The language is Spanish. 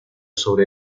sobre